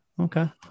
Okay